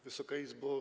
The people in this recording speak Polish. Wysoka Izbo!